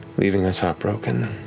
leaving us heartbroken.